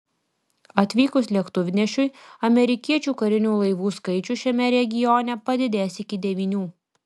atvykus lėktuvnešiui amerikiečių karinių laivų skaičius šiame regione padidės iki devynių